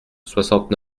soixante